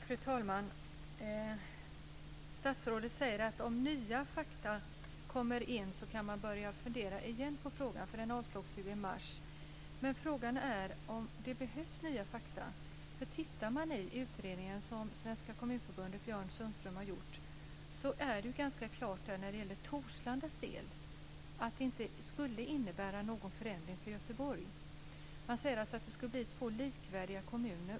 Fru talman! Statsrådet säger att om nya fakta kommer in kan man börja fundera igen på frågan. Ansökan avslogs i mars. Frågan är om det behövs nya fakta. Enligt den utredning som Björn Sundström i Svenska Kommunförbundet har gjort är det ganska klart för Torslandas del att det inte skulle innebära någon förändring för Göteborg. Man säger att det skulle bli två likvärdiga kommuner.